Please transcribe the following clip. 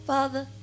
Father